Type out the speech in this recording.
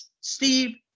Steve